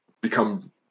become